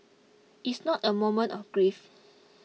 it's not a moment of grief